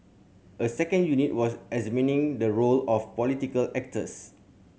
a second unit was examining the role of political actors